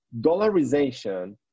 Dollarization